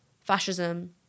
fascism